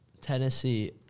Tennessee